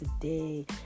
today